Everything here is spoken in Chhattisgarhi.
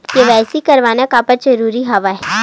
के.वाई.सी करवाना काबर जरूरी हवय?